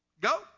Go